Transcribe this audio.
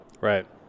right